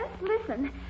listen